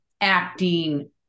acting